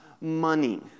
money